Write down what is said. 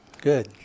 Good